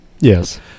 yes